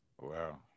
Wow